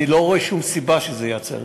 אני לא רואה שום סיבה שזה ייעצר,